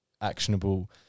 actionable –